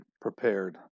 prepared